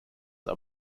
are